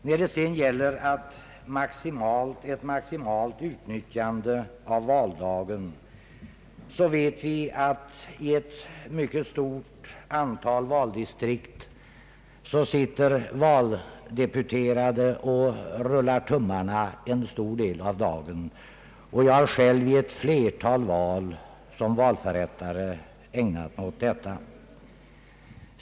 När det gäller ett maximalt utnyttjande av valdagen vet vi att i ett mycket stort antal valdistrikt sitter valdeputerade och »rullar tummarna» en stor del av dagen — jag har själv vid ett flertal val som valförrättare ägnat mig åt detta.